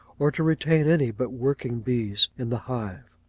or to retain any but working bees in the hive.